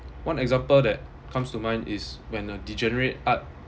one example that comes to mind is when a degenerate art